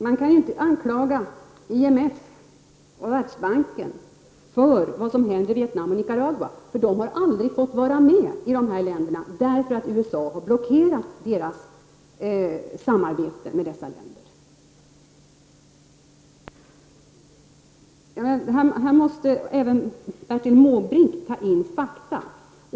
Man kan inte anklaga IMF och Världsbanken för det som händer i Vietnam och Nicaragua. De har aldrig fått vara med i dessa länder därför att USA har blockerat deras samarbete med den. Här måste även Bertil Måbrink se till fakta.